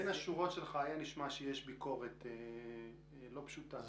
בין השורות שלך היה נשמע שיש ביקורת לא פשוטה.